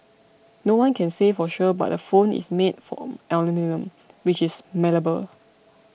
no one can say for sure but the phone is made from aluminium which is malleable